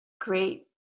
Great